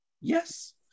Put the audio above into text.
Yes